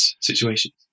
situations